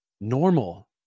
normal